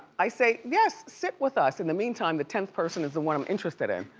i say, yes, sit with us, in the meantime, the tenth person is the one i'm interested in,